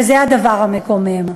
וזה הדבר המקומם.